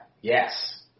yes